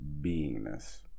beingness